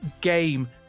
game